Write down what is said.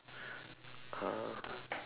uh